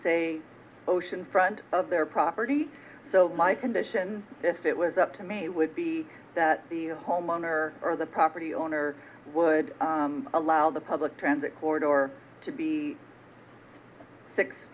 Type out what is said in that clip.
say ocean front of their property so my condition if it was up to me would be that the homeowner or the property owner would allow the public transit corridor or to be six